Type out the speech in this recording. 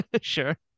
sure